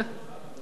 אני אישרתי את זה.